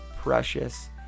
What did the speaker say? precious